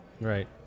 right